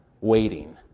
waiting